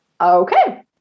Okay